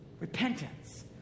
Repentance